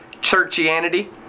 churchianity